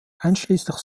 einschließlich